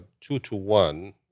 two-to-one